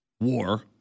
war